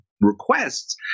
requests